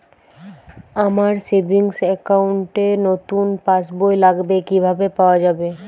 আমার savings account র নতুন পাসবই লাগবে কিভাবে পাওয়া যাবে?